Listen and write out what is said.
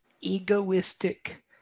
egoistic